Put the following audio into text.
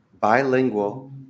bilingual